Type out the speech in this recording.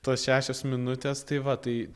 tos šešios minutės tai va tai